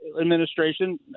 administration